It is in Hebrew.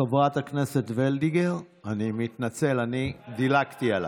חברת הכנסת וֶלדיגר, אני מתנצל, אני דילגתי עלייך.